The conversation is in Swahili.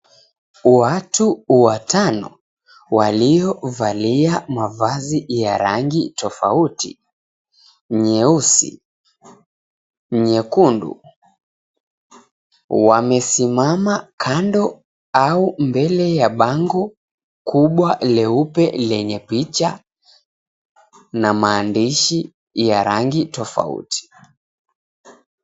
Watu watano waliovalia mavazi ya rangi tofauti nyeusi, nyekundu, wamesimama kando au mbele ya bango kubwa leupe lenye picha na maandishi ya rangi tofauti.